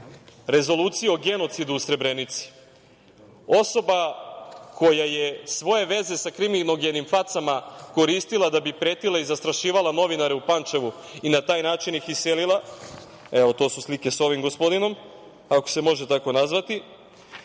rezolucije o genocidu u Srebrenici, osoba koja je svoje veze sa kriminogenim facama koristila da bi pretila i zastrašivala novinare u Pančevu i na taj način ih iselila, evo, to su slike sa ovim gospodinom, ako se može tako nazvati,